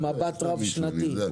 במבט רב שנתי.